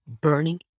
burning